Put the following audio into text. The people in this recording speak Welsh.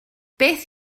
beth